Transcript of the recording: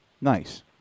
Nice